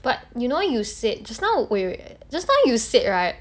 but you know you said just now wait wait just now you said right